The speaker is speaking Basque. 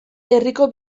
herriko